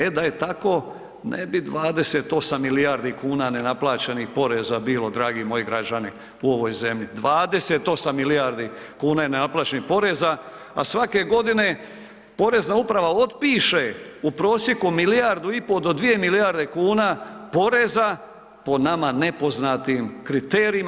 E da je tako ne bi 28 milijardi kuna nenaplaćenih poreza bilo dragi moji građani u ovoj zemlji, 28 milijardi kuna je nenaplaćenih poreza, a svake godine porezna uprava otpiše u prosjeku milijardu i po do dvije milijarde kuna poreza po nama nepoznatim kriterijima.